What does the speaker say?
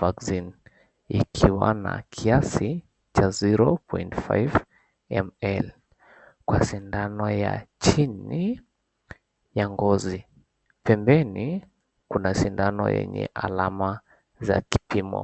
Vaccine ikiwa na kiasi cha 0.5 ml kwa sindano ya chini ya ngozi. Pembeni kuna sindano yenye alama za kipimo.